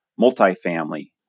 multifamily